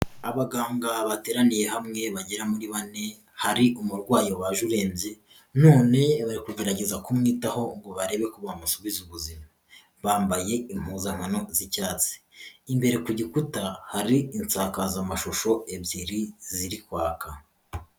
Abaganga bateraniye hamwe bagera muri bane hari umurwayi waje urenze none bari kugerageza kumwitaho ngo barebe ko bamusubiza ubuzima, bambaye impuzankano z'icyatsi, imbere ku gikuta hari insakazamashusho ebyiri ziri kwaka.